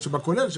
שבכולל,